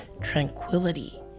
tranquility